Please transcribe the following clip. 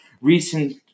recent